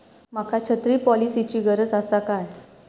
माका छत्री पॉलिसिची गरज आसा काय?